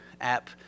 app